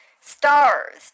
stars